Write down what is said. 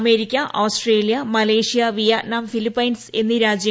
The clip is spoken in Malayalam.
America Australia Malaysia Vietnam Philippines എന്നീ രാജ്